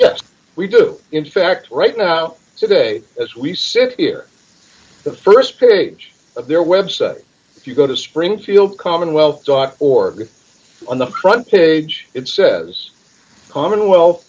yes we do in fact right now today as we sit here the st period of their website if you go to springfield commonwealth dot org on the front page it says commonwealth